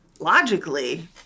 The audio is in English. Logically